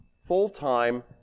full-time